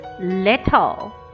little